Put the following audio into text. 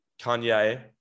Kanye